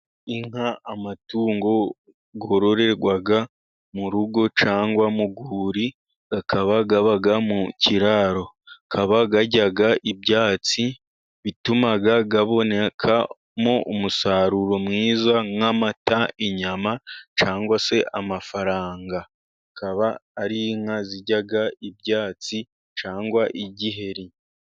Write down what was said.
Inka amatungo yororerwa mu rugo cyangwa mu rwuri zikaba ziba mu kiraro, zikaba zirya ibyatsi bituma zibonekamo umusaruro mwiza nk'amata, inyama cyangwa se amafaranga, akaba ari inka zirya ibyatsi cyangwa igiheri.